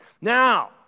Now